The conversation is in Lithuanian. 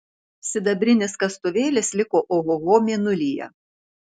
sidabrinis kastuvėlis liko ohoho mėnulyje